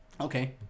Okay